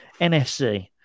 NFC